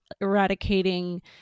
eradicating